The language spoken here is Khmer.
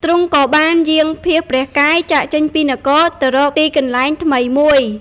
ទ្រង់ក៏បានយាងភៀសព្រះកាយចាកចេញពីនគរ ទៅរកទីកន្លែងថ្មីមួយ។